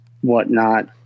whatnot